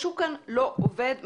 משהו כאן לא עובד,